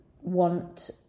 want